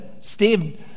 Steve